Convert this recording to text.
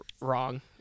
wrong